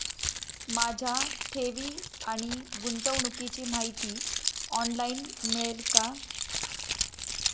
माझ्या ठेवी आणि गुंतवणुकीची माहिती ऑनलाइन मिळेल का?